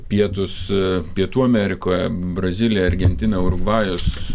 pietus pietų amerikoje brazilija argentina urugvajus